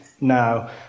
now